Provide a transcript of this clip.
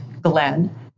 Glenn